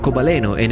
ah volcano and